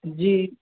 جی